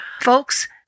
folks